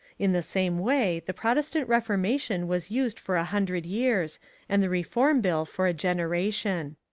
in the same way the protestant reformation was used for a hundred years and the reform bill for a generation.